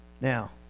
Now